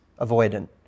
avoidant